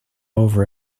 over